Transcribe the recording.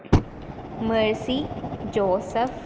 mercy joseph